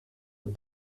mit